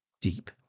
deep